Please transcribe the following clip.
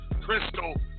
Crystal